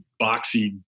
boxy